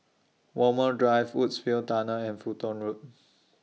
Walmer Drive Woodsville Tunnel and Fulton Road